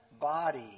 body